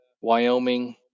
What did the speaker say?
wyoming